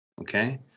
Okay